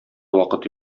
вакыт